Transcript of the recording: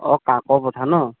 অ কাকপথাৰ ন'